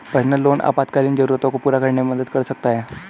personal loan आपातकालीन जरूरतों को पूरा करने में मदद कर सकता है